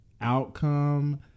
outcome